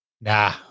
Nah